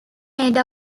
made